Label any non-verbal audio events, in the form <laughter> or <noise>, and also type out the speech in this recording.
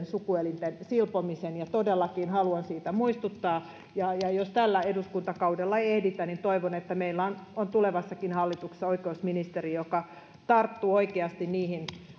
<unintelligible> sukuelinten silpomisen ja todellakin haluan siitä muistuttaa jos tällä eduskuntakaudella ei ei ehditä niin toivon että meillä on on tulevassakin hallituksessa oikeusministeri joka tarttuu oikeasti niihin